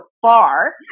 far